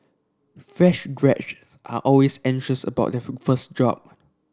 fresh graduate are always anxious about their first job